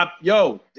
Yo